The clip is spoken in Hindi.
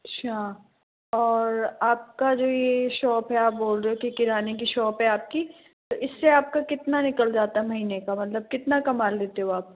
अच्छा और आपका जो ये शॉप है आप बोल रहे हो कि किराने की शॉप है आपकी तो इससे आपका कितना निकल जाता है महीने का मतलब कितना कमा लेते हो आप